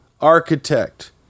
architect